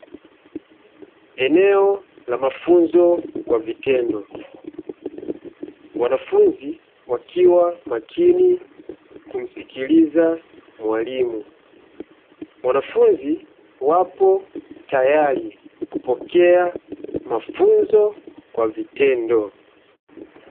Eneo la mafunzo kwa vitendo. Wanafunzi wakiwa makini kumsikiliza mwalimu. Wanafunzi wapo tayari kupokea mafunzo kwa vitendo.